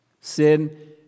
Sin